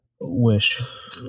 wish